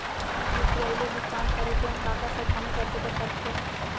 UPI ले भुगतान करे टेम का का सावधानी बरते बर परथे